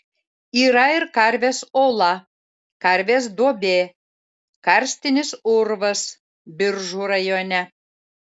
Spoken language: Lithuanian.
yra ir karvės ola karvės duobė karstinis urvas biržų rajone